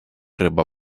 риба